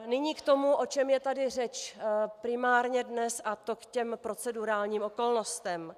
Nyní k tomu, o čem je tady řeč primárně dnes, a to k procedurálním okolnostem.